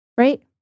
right